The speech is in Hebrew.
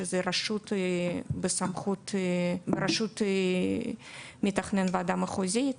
שזה רשות בסמכות מתכנן הוועדה המחוזית,